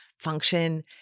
function